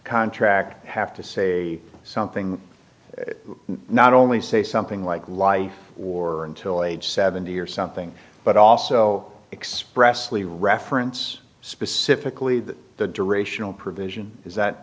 contract have to say something not only say something like life or until age seventy or something but also express lee reference specifically the durational provision is that